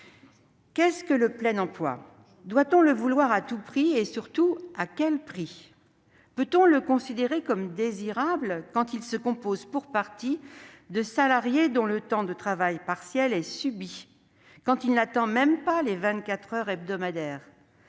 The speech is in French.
Qu'est-ce que le plein emploi ? Doit-on le vouloir à tout prix et, surtout, à quel prix ? Peut-on le considérer comme désirable quand il se compose pour partie de salariés dont le temps de travail partiel est subi, quand il n'atteint même pas les 24 heures hebdomadaires ?